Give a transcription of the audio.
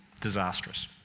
Disastrous